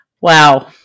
wow